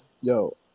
Yo